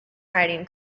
hiding